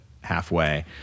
halfway